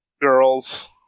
girls